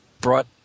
brought